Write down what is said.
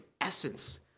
essence